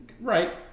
Right